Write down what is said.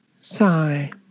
Sigh